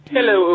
Hello